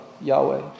Yahweh